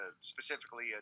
specifically